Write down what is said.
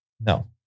No